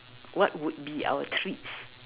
what would be our treats